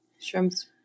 Shrimps